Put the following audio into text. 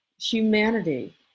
humanity